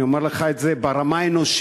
אני אומר לך את זה ברמה האנושית,